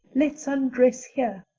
let's undress here,